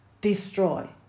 destroy